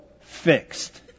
fixed